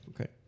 Okay